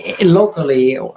locally